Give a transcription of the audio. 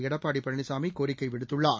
எடப்பாடிபழனிசாமிகோரிக்கைவிடுத்துள்ளார்